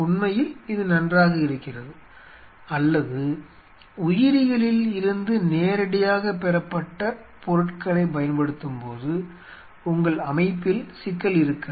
உண்மையில் இது நன்றாக இருக்கிறது அல்லது உயிரியலில் இருந்து நேரடியாக பெறப்பட்ட பொருட்களைப் பயன்படுத்தும்போது உங்கள் அமைப்பில் சிக்கல் இருக்காது